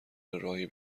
راهی